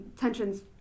tensions